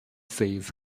sees